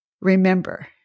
Remember